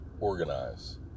organize